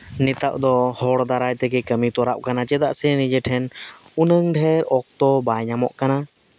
ᱱᱤᱛᱟᱜ ᱫᱚ ᱦᱚᱲ ᱫᱟᱨᱟᱭ ᱛᱮᱜᱮ ᱠᱟᱹᱢᱤ ᱛᱚᱨᱟᱜ ᱠᱟᱱᱟ ᱪᱮᱫᱟᱜ ᱥᱮ ᱱᱤᱡᱮ ᱴᱷᱮᱱ ᱩᱱᱟᱹᱝ ᱰᱷᱮᱨ ᱚᱠᱛᱚ ᱵᱟᱭ ᱧᱟᱢᱚᱜ ᱠᱟᱱᱟ